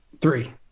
Three